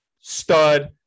stud